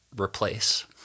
replace